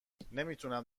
نمیتونم